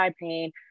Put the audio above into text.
pain